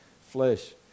Flesh